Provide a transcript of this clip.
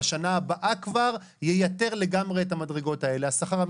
הוא יקנה יותר תוצרת תורכית -- אנחנו